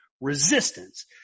resistance